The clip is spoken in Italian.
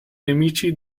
nemici